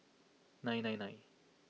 nine nine nine